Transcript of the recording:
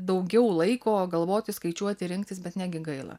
daugiau laiko galvoti skaičiuoti rinktis bet negi gaila